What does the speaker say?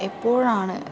എപ്പോഴാണ്